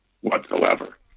whatsoever